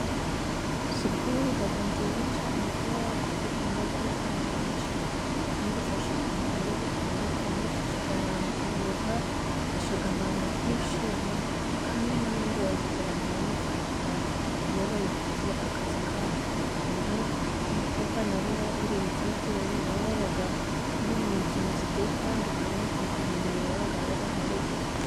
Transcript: Sipori iba nziza cyane kubera ko ikundwa n'abantu benshi kandi ifasha mu buryo butandukanye, ifasha abantu kuruhuka ifasha abantu kwishima, kandi n'abandi bayikuramo amafaranga iyo bayigize akazi kabo. Rero abakobwa na bo bagiriwe icyizere, na bo baba bari mu mikino igiye bitandukanye mu gihe mbere babaga ari abahungu gusa.